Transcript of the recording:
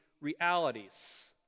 realities